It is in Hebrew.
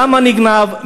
למה נגנב?